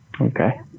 Okay